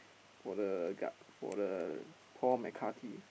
for the ga~ for the Paul-McCartey